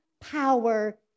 power